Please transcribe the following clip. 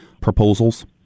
proposals